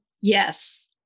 Yes